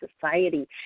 society